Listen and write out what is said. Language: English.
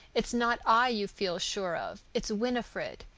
it's not i you feel sure of it's winifred.